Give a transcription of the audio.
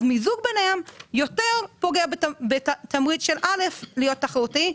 המיזוג ביניהם יותר פוגע בתמריץ של א' להיות תחרותי,